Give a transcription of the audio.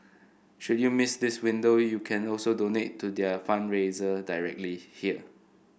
should you miss this window you can also donate to their fundraiser directly here